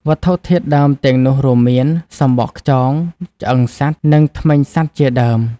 វត្ថុធាតុដើមទាំងនោះរួមមាន សំបកខ្យង ឆ្អឹងសត្វ និងធ្មេញសត្វជាដើម។